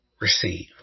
receive